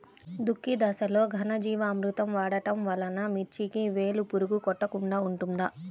దుక్కి దశలో ఘనజీవామృతం వాడటం వలన మిర్చికి వేలు పురుగు కొట్టకుండా ఉంటుంది?